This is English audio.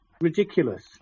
Ridiculous